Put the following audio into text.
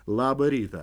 labą rytą